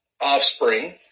offspring